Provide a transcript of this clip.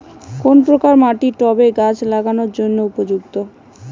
কোন প্রকার মাটি টবে গাছ লাগানোর জন্য উপযুক্ত?